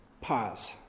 pause